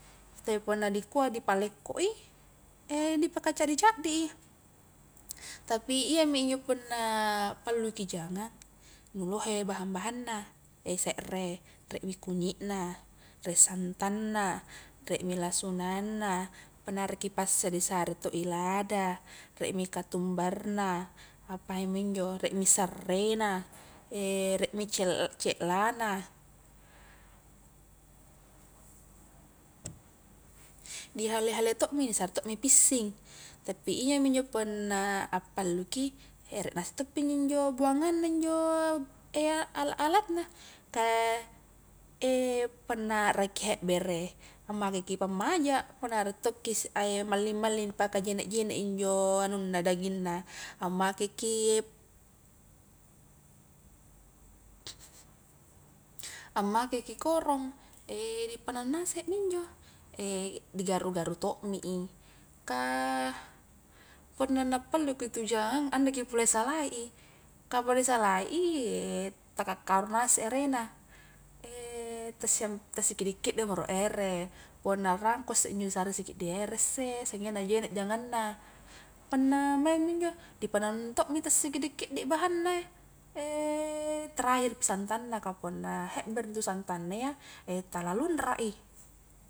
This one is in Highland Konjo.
Tapi punna dikua di palekko i, dipaka caddi-caddi i, tapi iyami injo punna palluki jangang nu lohe bahan-bahanna, serre rie mi kunyi na, rie santanna, rie mi lasunanna, punna arekki passe disare to i lada, rie mi katumbarna, apaimi injo, rie mi sarrena, rie mi ce cellana, di hale-hale to mi disare to mi pissing, tapi iyami injo punna appalluki ere nasu toppi injo njo buanganna njo alat-alatna kah punna arakki hebbere ammakeki pammaja, punna ara tokki maling-malling paka jenne-jenne injo anunna dagingna, ammakeki, ammakeki korong dipanaung ngasemi injo digaru-garu to mi i, kah punna nappalluki intu jangang andeki pole salai i, kah punna disalai i, takakkaru ngase i erena, ta sikidi-kidimo ro ere, punna rangko isse injo disare sikiddi eresse, saggengna jene jangangna, punna maingmi injo dipanaung to mi ta sikidi-kiddi bahanna terakhirpi santanna kah punna heberei intu santanna iya tala lunrai.